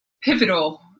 pivotal